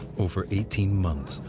over eighteen months,